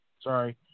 Sorry